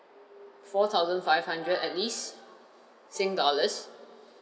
four thousand five hundred at least sing dollars